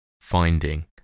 finding